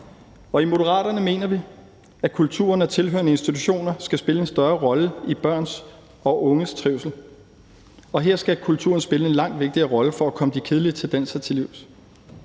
I Moderaterne mener vi, at kulturen og de tilhørende institutioner skal spille en større rolle i børns og unges trivsel, og her skal kulturen spille en langt vigtigere rolle for at komme de kedelige tendenser til livs.